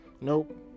nope